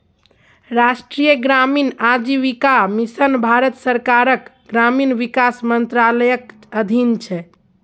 राष्ट्रीय ग्रामीण आजीविका मिशन भारत सरकारक ग्रामीण विकास मंत्रालयक अधीन छै